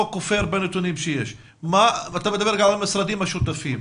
כופר בנתונים שיש ואתה מדבר גם על המשרדים השותפים.